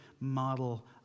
model